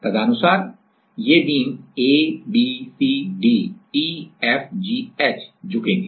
तदनुसार ये beam A B C D E F G H झुकेंगे